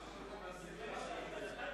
הנושא לוועדת החוץ והביטחון